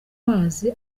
mazi